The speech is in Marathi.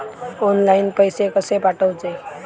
ऑनलाइन पैसे कशे पाठवचे?